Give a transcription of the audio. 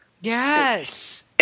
yes